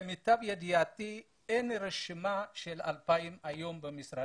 למיטב ידיעתי אין היום במשרד הפנים רשימה של 2,000 אנשים.